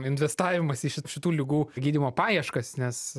investavimas į šitų ligų gydymo paieškas nes